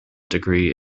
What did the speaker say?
degree